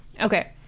Okay